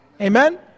Amen